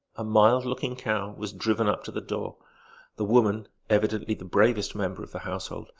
a mild-looking cow was driven up to the door the woman, evidently the bravest member of the household,